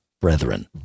brethren